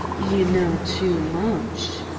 you know too much!